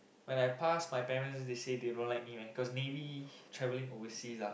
when I pass my parents they say they don't let me because navy travelling overseas ah